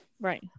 right